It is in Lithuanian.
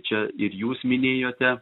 čia ir jūs minėjote